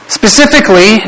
specifically